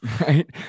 right